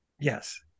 Yes